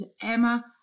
Emma